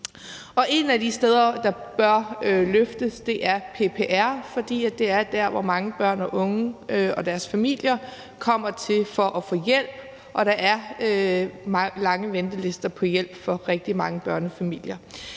En af de ting, der bør løftes, er PPR, for det er der, hvor mange børn, unge og deres familier kommer for at få hjælp, og der er lange ventelister for at få hjælp for rigtig mange børnefamilier.